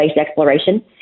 exploration